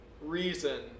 reason